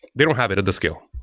they don't have it at the scale.